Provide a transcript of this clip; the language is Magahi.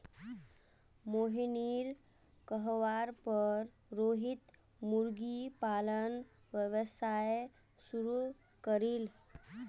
मोहिनीर कहवार पर रोहित मुर्गी पालन व्यवसाय शुरू करील